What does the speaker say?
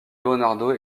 leonardo